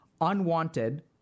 unwanted